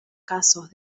casos